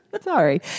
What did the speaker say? Sorry